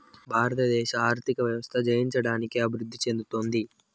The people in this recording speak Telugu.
భారతదేశ ఆర్థిక వ్యవస్థ జయించడానికి అభివృద్ధి చెందుతోంది